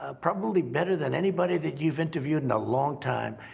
ah probably better than anybody that you've interviewed in a long time.